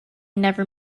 never